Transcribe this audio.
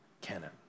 canon